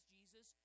Jesus